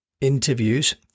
interviews